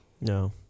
no